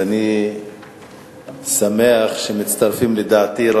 ואני שמח שלאחרונה רבים מצטרפים לדעתי,